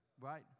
right